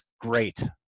great